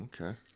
okay